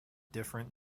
different